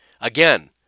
Again